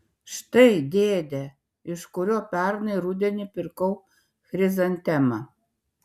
štai dėdė iš kurio pernai rudenį pirkau chrizantemą